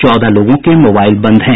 चौदह लोगों के मोबाईल बंद हैं